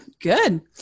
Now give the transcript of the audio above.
Good